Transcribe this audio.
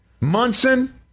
Munson